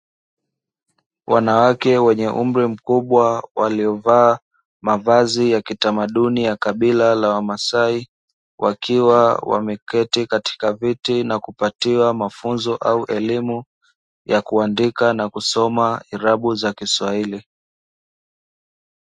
Wanawake wenye umri mkubwa, waliovaa mavazi ya kitamaduni ya kabila la wamasai, wakiwa wameketi katika viti na kupatiwa mafunzo au elimu ya kuandika na kusoma irabu za kiswahili.